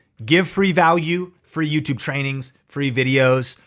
give free value, free youtube trainings, free videos,